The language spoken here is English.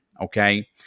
Okay